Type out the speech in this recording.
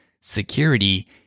security